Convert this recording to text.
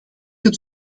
het